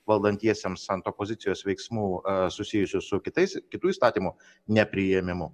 valdantiesiems ant opozicijos veiksmų susijusių su kitais kitų įstatymų nepriėmimu